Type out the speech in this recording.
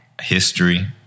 history